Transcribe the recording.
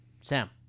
Sam